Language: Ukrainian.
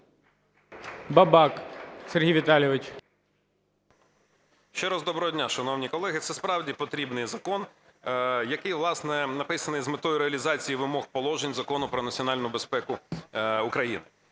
Бабак Сергій Віталійович. 14:30:02 БАБАК С.В. Ще раз доброго дня, шановні колеги! Це справді потрібний закон, який, власне, написаний з метою реалізації вимог положень Закону "Про національну безпеку України".